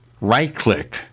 right-click